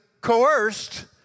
coerced